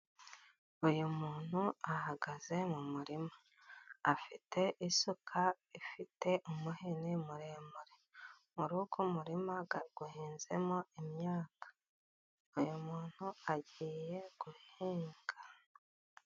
Uyu muntu ahagaze mu murima, afite isuka ifite umuhini muremure, muri uwo murima aho uhinzemo imyaka, uyu muntu agiye guhinga.